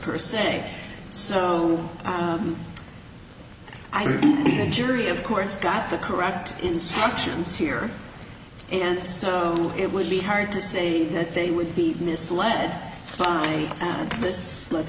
per se so i did the jury of course got the correct instructions here and so it would be hard to say that they would be misled by this let's